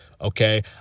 okay